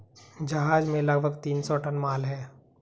जहाज में लगभग तीन सौ टन माल है